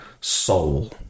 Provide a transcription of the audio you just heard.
soul